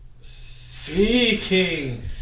Seeking